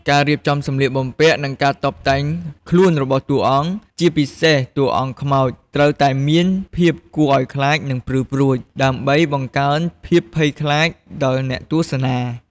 ការរៀបចំសម្លៀកបំពាក់ និងការតុបតែងខ្លួនរបស់តួអង្គ ជាពិសេសតួអង្គខ្មោច ត្រូវតែមានភាពគួរអោយខ្លាច និងព្រឺព្រួច ដើម្បីបង្កើនភាពភ័យខ្លាចដល់អ្នកទស្សនា ។